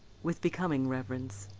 with becoming reverence.